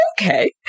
okay